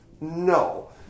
No